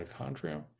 mitochondria